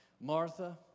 Martha